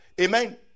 Amen